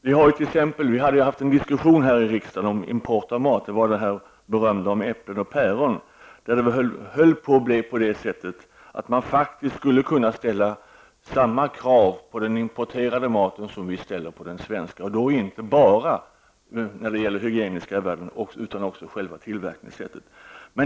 Vi förde för en tid sedan en diskussion om kvaliteten på importerade matvaror -- en diskussion om de berömda äpplena och päronen. Diskussionen handlade om att vi skulle ställa samma krav på den importerade maten som vi ställer på den svenska, inte enbart med avseende på hygieniska värden utan också på tillverkningssättet.